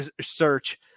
search